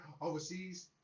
overseas